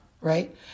right